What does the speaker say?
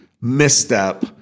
misstep